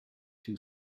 too